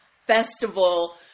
Festival